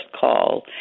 call